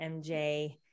mj